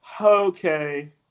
Okay